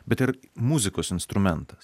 bet ir muzikos instrumentas